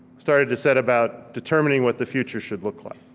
started to set about determining what the future should look like.